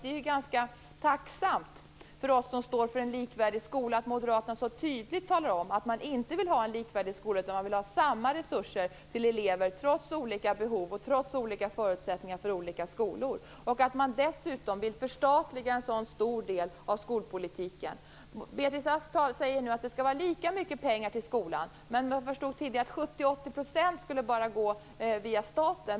Det är ganska tacksamt för oss som står för en likvärdig skola att moderaterna så tydligt talar om att man inte vill ha en likvärdig skola, utan man vill ha samma resurser till alla elever trots olika behov och trots olika förutsättningar för olika skolor. Man vill dessutom förstatliga en stor del av skolpolitiken. Beatrice Ask säger nu att det skall vara lika mycket pengar till skolan. Men jag förstod tidigare att bara 70-80 % skulle gå via staten.